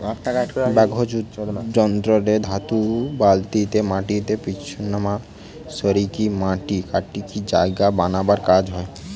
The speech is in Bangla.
ব্যাকহো যন্ত্র রে ধাতু বালতিটা মাটিকে পিছনমা সরিকি মাটি কাটিকি জায়গা বানানার কাজ হয়